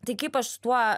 tai kaip aš tuo